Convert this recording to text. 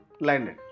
landed